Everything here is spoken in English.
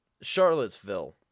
Charlottesville